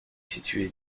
située